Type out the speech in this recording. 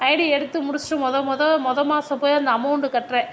ஐடியை எடுத்து முடிச்சிவிட்டு முத முத முத மாதம் போய் அந்த அமௌண்ட்டு கட்டுறேன்